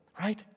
right